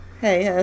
Hey